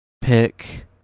pick